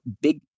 big